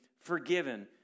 forgiven